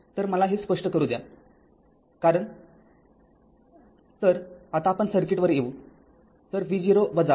तर मला हे स्पष्ट करू द्या कारण माफ करा थोडा वेळ थांबा